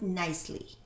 nicely